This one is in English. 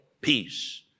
peace